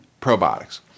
probiotics